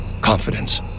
confidence